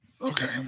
Okay